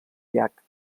llac